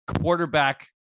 quarterback